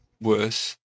worse